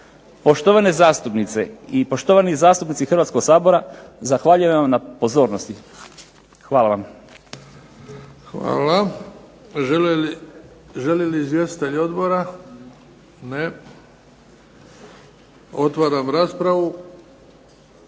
Poštovane zastupnice i poštovani zastupnici Hrvatskog sabora, zahvaljujem vam na pozornosti. Hvala vam. **Bebić, Luka (HDZ)** Hvala. Želi li izvjestitelj odbora? Ne. Otvaram raspravu.